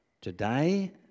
today